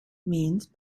means